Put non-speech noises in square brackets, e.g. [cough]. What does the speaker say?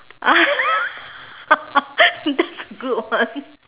ah [laughs] that's a good one